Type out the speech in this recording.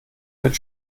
wird